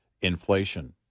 inflation